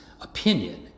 opinion